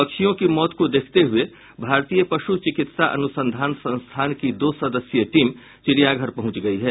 पक्षियों की मौत को देखते हुये भारतीय पशु चिकित्सा अनुसंधान संस्थान की दो सदस्यी टीम चिड़ियाघर पहुंच गयी है